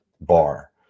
bar